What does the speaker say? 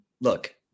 look